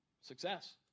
Success